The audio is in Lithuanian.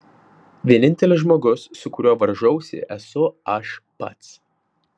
vienintelis žmogus su kuriuo varžausi esu aš pats